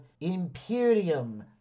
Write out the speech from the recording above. Imperium